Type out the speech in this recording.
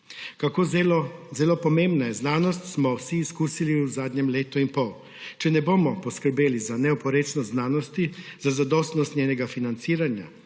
Kako zelo pomembna je znanost, smo vsi izkusili v zadnjem letu in pol. Če ne bomo poskrbeli za neoporečnost znanosti, za zadostnost njenega financiranja